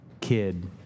kid